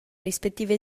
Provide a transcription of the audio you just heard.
rispettive